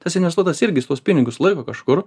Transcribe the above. tas investuotas irgi savus pinigus laiko kažkur